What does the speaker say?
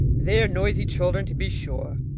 they're noisy children, to be sure,